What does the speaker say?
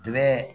द्वे